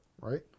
right